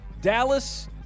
Dallas